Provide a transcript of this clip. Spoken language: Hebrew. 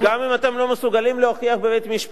גם אם אתם לא מסוגלים להוכיח בבית-משפט,